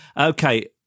Okay